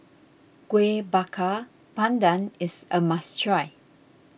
Kueh Bakar Pandan is a must try